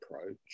approach